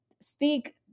speak